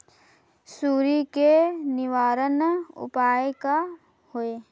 सुंडी के निवारण उपाय का होए?